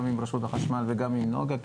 גם עם רשות החשמל וגם עם נגה,